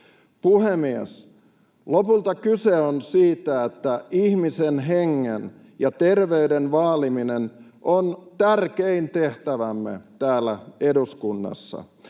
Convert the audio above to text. Puhemies! Lopulta kyse on siitä, että ihmisen hengen ja terveyden vaaliminen on tärkein tehtävämme täällä eduskunnassa.